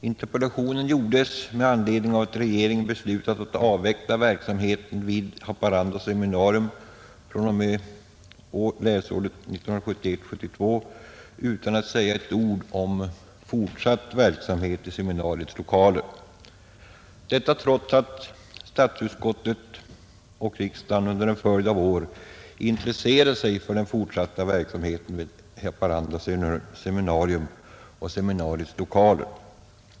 Interpellationen framställdes med anledning av att regeringen beslutat att avveckla verksamheten vid Haparanda seminarium från och med läsåret 1971/72 utan att säga ett ord om fortsatt verksamhet i seminariets lokaler, detta trots att statsutskottet och riksdagen under en följd av år intresserat sig för den fortsatta verksamheten vid Haparanda seminarium och seminariets lokaler.